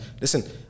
listen